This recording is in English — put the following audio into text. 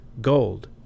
gold